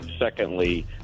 Secondly